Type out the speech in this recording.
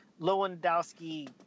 Lewandowski